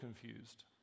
confused